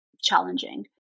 challenging